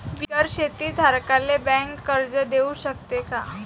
बिगर शेती धारकाले बँक कर्ज देऊ शकते का?